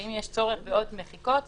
ואם יש צורך בעוד מחיקות נעשה.